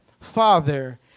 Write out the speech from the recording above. Father